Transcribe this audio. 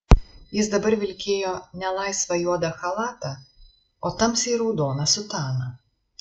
jis dabar vilkėjo ne laisvą juodą chalatą o tamsiai raudoną sutaną